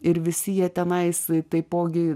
ir visi jie tenais taipogi